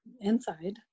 inside